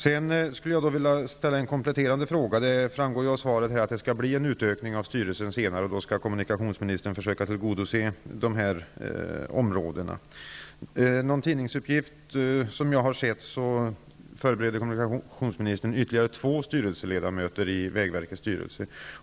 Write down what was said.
Jag vill också ställa en kompletterande fråga. Det framgår av svaret att det senare skall bli en utökning av styrelsen och att kommunikationsministern då skall försöka att tillgodose dessa områden. Enligt en tidningsuppgift förbereder kommunikationsministern insättande av ytterligare två styrelseledamöter i vägverkets styrelse.